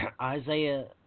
Isaiah